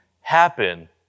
happen